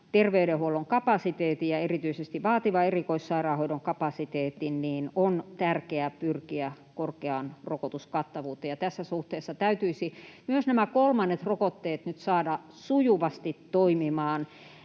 terveydenhuollon kapasiteetin ja erityisesti vaativan erikoissairaanhoidon kapasiteetin, niin on tärkeää pyrkiä korkeaan rokotuskattavuuteen. Tässä suhteessa täytyisi myös nämä kolmannet rokotteet nyt saada sujuvasti toimimaan.